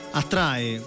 attrae